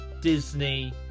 Disney